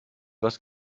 was